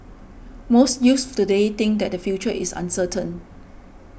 most youths today think that their future is uncertain